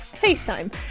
FaceTime